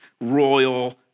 royal